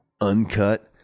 uncut